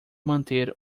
manter